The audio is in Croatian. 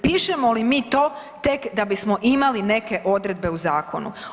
Pišemo li mi to tek da bismo imali neke odredbe u zakonu.